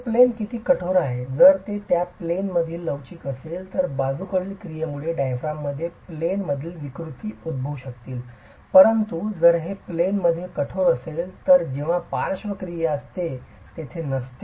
हे प्लेन किती कठोर आहे जर ते त्याच्या प्लेन मधील लवचिक असेल तर बाजूकडील क्रियेमुळे डायफ्राममध्ये प्लेन मधीलविकृती उद्भवू शकतील परंतु जर ते प्लेन मध्ये कठोर असेल तर जेव्हा पार्श्व क्रिया असते तेथे नसते